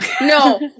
No